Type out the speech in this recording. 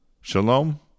Shalom